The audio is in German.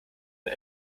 nur